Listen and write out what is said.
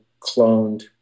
cloned